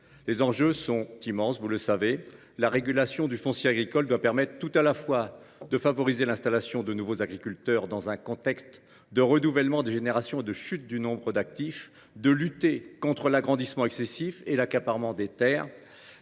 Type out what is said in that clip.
Les enjeux sont immenses : sa régulation doit permettre tout à la fois de favoriser l’installation de nouveaux agriculteurs dans un contexte de renouvellement des générations et de chute du nombre d’actifs, de lutter contre l’agrandissement excessif et l’accaparement des terres,